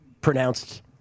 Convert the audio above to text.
pronounced